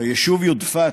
ביישוב יודפת,